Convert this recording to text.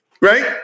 right